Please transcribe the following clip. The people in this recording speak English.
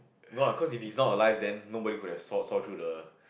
no ah cause if he's not alive then nobody could have saw saw through the